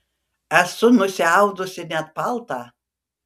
esu nusiaudusi net paltą